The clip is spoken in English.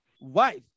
wife